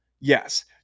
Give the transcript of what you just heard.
yes